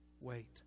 wait